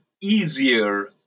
easier